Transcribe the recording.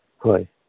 ꯍꯣꯏ